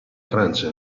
francia